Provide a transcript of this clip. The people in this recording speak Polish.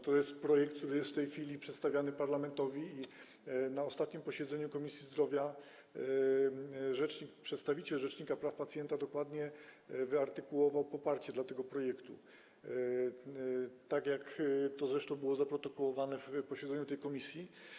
To jest projekt, który jest w tej chwili przedstawiany parlamentowi, a na ostatnim posiedzeniu Komisji Zdrowia przedstawiciel rzecznika praw pacjenta dokładnie wyartykułował poparcie dla niego, tak jak to zresztą zostało zaprotokołowane na posiedzeniu tej komisji.